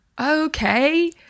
okay